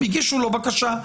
הם הגישו לו בקשה,